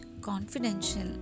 confidential